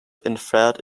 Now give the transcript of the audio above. infrared